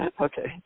Okay